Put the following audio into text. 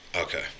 Okay